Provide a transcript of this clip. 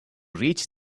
reach